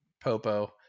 popo